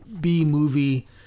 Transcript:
B-movie